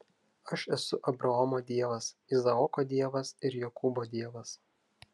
aš esu abraomo dievas izaoko dievas ir jokūbo dievas